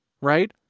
right